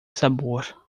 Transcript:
sabor